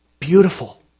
beautiful